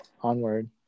onward